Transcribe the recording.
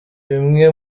bimwe